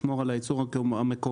לשמור על הייצור המקומי,